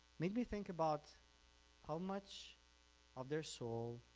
maybe think about how much of their soul,